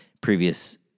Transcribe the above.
previous